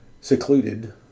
secluded